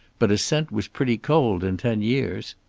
but a scent was pretty cold in ten years.